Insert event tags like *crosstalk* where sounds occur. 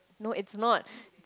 no it's not *breath*